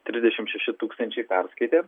trisdešim šeši tūkstančiai perskaitė